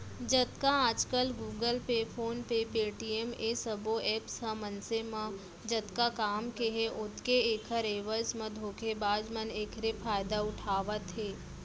जतका आजकल Google pay, phone pay, Paytm ए सबो ऐप्स ह मनसे म जतका काम के हे ओतके ऐखर एवज म धोखेबाज मन एखरे फायदा उठावत हे